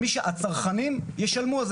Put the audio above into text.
שהצרכנים ישלמו על זה.